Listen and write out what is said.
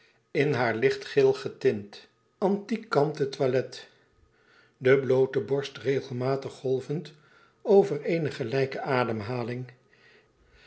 in haar licht geel getint antiek kanten toilet de bloote borst regelmatig golvend over eene gelijke ademhaling